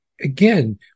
again